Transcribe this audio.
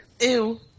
Ew